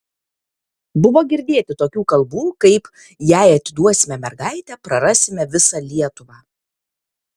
buvo girdėti tokių kalbų kaip jei atiduosime mergaitę prarasime visą lietuvą